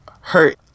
hurt